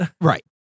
Right